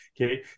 okay